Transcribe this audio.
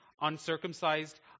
uncircumcised